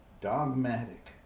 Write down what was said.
dogmatic